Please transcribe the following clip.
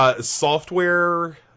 software